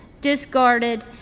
discarded